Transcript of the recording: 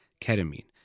ketamine